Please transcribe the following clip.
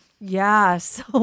Yes